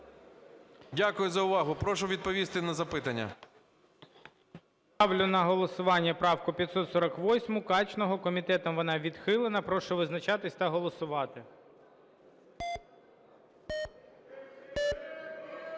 Дякую за увагу. Прошу відповісти на запитання.